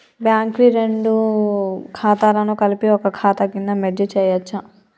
Bank వి రెండు ఖాతాలను కలిపి ఒక ఖాతా కింద మెర్జ్ చేయచ్చా?